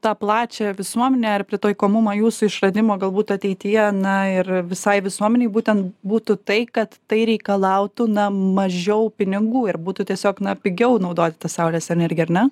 tą plačią visuomenę ar pritaikomumą jūsų išradimo galbūt ateityje na ir visai visuomenei būtent būtų tai kad tai reikalautų na mažiau pinigų ir būtų tiesiog na pigiau naudoti tą saulės energiją ar ne